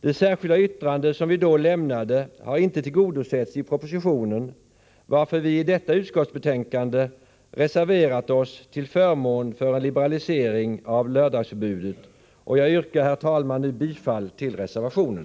Det särskilda yttrande som vi då lämnade har inte tillgodosetts i propositionen, varför vi i detta utskottsbetänkande har reserverat oss till förmån för en liberalisering av lördagsförbudet. Jag yrkar nu, herr talman, bifall till reservationen.